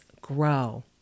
grow